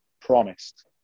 promised